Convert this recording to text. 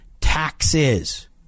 taxes